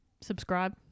Subscribe